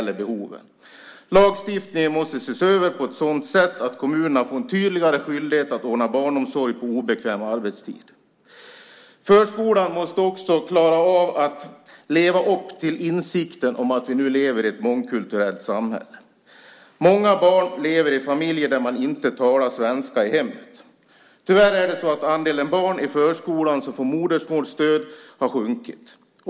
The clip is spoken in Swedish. Lagstiftningen måste ses över på ett sådant sätt att kommunerna får en tydligare skyldighet att ordna barnomsorg på obekväm arbetstid. Förskolan måste också klara av att leva upp till insikten om att vi nu lever i ett mångkulturellt samhälle. Många barn lever i familjer där man inte talar svenska i hemmet. Tyvärr är det så att andelen barn i förskolan som får modersmålsstöd har sjunkit.